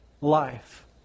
life